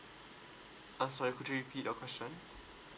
I'm sorry could you repeat your question